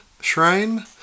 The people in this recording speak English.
shrine